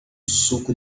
suco